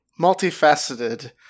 Multifaceted